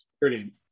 Brilliant